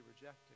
rejecting